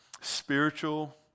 spiritual